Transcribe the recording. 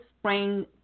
spring